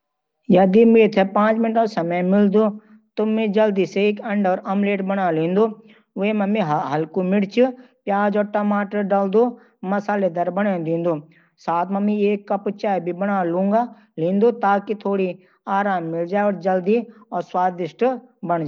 जदि मन्नै 5 मिनट का समय मिलै, तो मैं झल्दी स एक अंडा का आमलेट बना लूंगा। उसमें हलकी मिर्च, प्याज और टमाटर डालके मसालेदार बना दूंगा। साथ में एक कप चाय भी बना लूंगा, ताकि थोड़ी आराम मिल जाए। झल्दी और स्वादिष्ट!